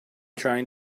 trying